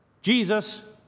Jesus